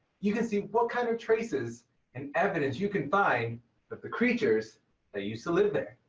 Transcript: you can see what kind of traces and evidence you can find that the creatures that used to live there.